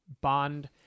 bond